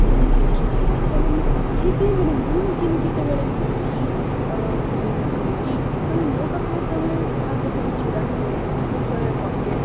ଯଦି ମୁଁ ଶିଖିବି ତାହେଲେ ମୁଁ ଶିଖିକି ମାନେ ମୁଁ ନିଜେ ନିଜେ ଯେତେବେଳେ କିଣିବି ସିଲେଇ ମେସିନ୍ଟି ତେବେ ମୋ ପାଖରେ ଯେତେବେଳେ ଗ୍ରାହକ ସବୁ ଛିଡ଼ା ହେବେ ମୋତେ ଯେତେବେଳେ କହିବେ